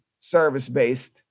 service-based